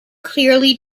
clearly